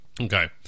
Okay